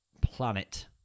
planet